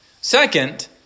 Second